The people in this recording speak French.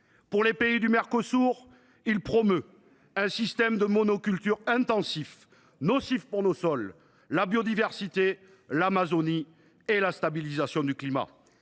Pour les pays du Mercosur, il promeut un système de monoculture intensif, nocif pour nos sols, la biodiversité, l’Amazonie et la stabilisation du climat.